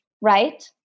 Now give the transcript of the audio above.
right